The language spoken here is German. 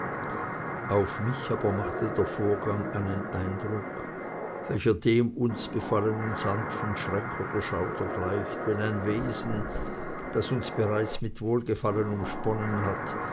auf mich aber machte der vorgang einen eindruck welcher dem uns befallenden sanften schreck oder schauder gleicht wenn ein wesen das uns bereits mit wohlgefallen umsponnen hat